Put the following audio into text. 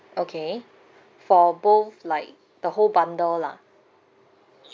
okay for both like the whole bundle lah